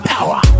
Power